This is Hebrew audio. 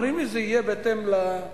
אומרים לי: זה יהיה בהתאם לקריטריונים.